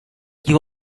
you